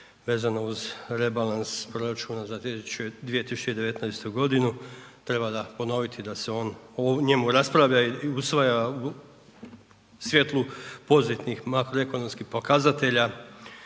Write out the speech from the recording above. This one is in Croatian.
Vezano uz rebalans proračuna za 2019. g., treba ga ponoviti da se o njemu raspravlja i usvaja u svjetlu pozitivnih makroekonomskih pokazatelja,